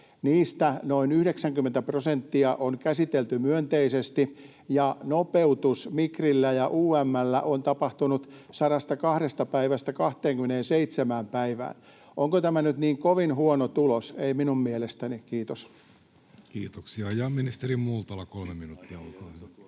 Niistä noin 90 prosenttia on käsitelty myönteisesti, ja nopeutus Migrillä ja UM:llä on tapahtunut 102 päivästä 27 päivään. Onko tämä nyt niin kovin huono tulos? Ei minun mielestäni. — Kiitos. [Speech 95] Speaker: Jussi